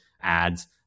ads